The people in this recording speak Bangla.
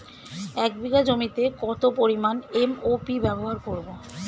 এক বিঘা জমিতে কত পরিমান এম.ও.পি ব্যবহার করব?